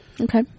Okay